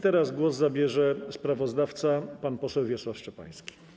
Teraz głos zabierze sprawozdawca pan poseł Wiesław Szczepański.